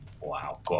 Wow